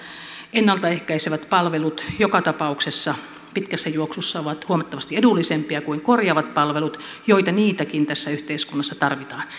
ennalta ehkäisevät palvelut joka tapauksessa pitkässä juoksussa ovat huomattavasti edullisempia kuin korjaavat palvelut joita niitäkin tässä yhteiskunnassa tarvitaan